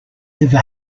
never